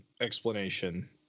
explanation